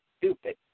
stupid